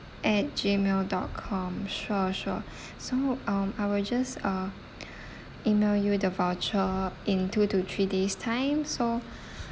at gmail dot com sure sure so um I will just uh email you the voucher in two to three days time so